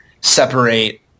separate